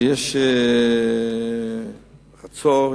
יש בחצור,